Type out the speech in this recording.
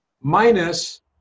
minus